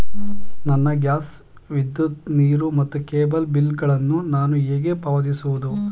ನನ್ನ ಗ್ಯಾಸ್, ವಿದ್ಯುತ್, ನೀರು ಮತ್ತು ಕೇಬಲ್ ಬಿಲ್ ಗಳನ್ನು ನಾನು ಹೇಗೆ ಪಾವತಿಸುವುದು?